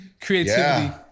creativity